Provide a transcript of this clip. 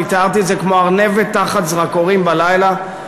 אני תיארתי את זה: כמו ארנבת תחת זרקורים בלילה.